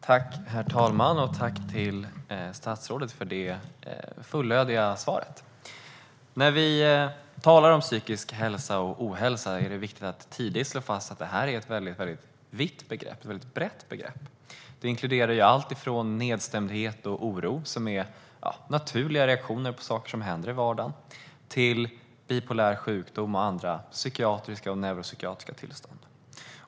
Herr talman! Tack, statsrådet, för det fullödiga svaret! När vi talar om psykisk hälsa och ohälsa är det viktigt att tydligt slå fast att detta är ett väldigt brett begrepp. Det inkluderar allt från nedstämdhet och oro, som är naturliga reaktioner på saker som händer i vardagen, till bipolär sjukdom och andra psykiatriska och neuropsykiatriska tillstånd.